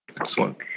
Excellent